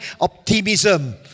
optimism